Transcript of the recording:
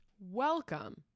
welcome